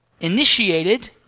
initiated